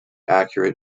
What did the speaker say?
accurate